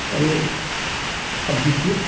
औ ये अब दिखिए